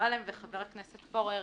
מועלם וחבר הכנסת פורר,